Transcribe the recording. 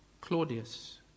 Claudius